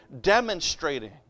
demonstrating